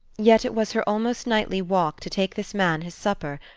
yet it was her almost nightly walk to take this man his supper,